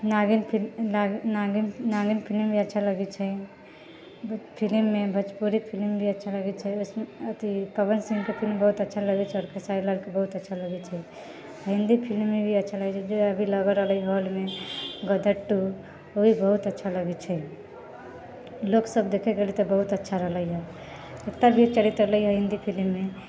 नागिन film film भी अच्छा लगै छै फिलिममे भोजपुरी फिलिम भी अच्छा लगै छै ओहिमे अथी पवन सिंहके फिलिम बहुत अच्छा लागै छै आओर खेसारी लालके बहुत अच्छा लगै छै हिन्दी फिलिममे भी अच्छा लगै छै जे अभी लगि रहल हइ हॉलमे गदर टू ओ भी बहुत अच्छा लगै छै लोकसब देखै गेलै हँ तऽ बहुत अच्छा रहलै हँ उत्तर भी चलैत रहलै हँ हिन्दी फिलिममे